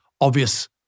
obvious